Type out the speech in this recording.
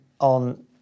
on